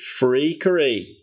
freakery